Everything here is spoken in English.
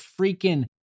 freaking